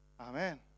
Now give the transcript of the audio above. Amen